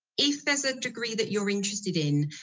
if there's a degree that you're interested in,